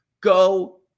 Go